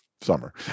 summer